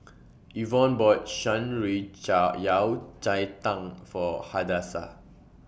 Evon bought Shan Rui Yao Cai Tang For Hadassah